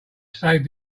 saved